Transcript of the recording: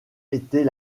était